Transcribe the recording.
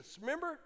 remember